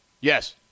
Yes